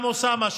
גם אוסאמה,